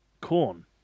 corn